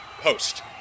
post